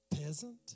peasant